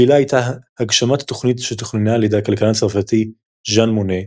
הקהילה הייתה הגשמת תוכנית שתוכננה על ידי הכלכלן הצרפתי ז'אן מונה,